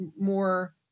more